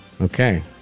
Okay